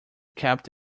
kept